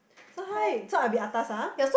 so hi so I be atas ah